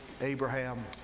Abraham